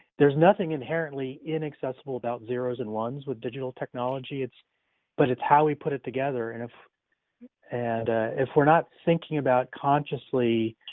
there's nothing inherently inaccessible about zeros and ones with digital technology, but it's how we put it together, and if and if we're not thinking about consciously